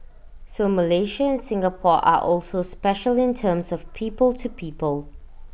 so Malaysia and Singapore are also special in terms of people to people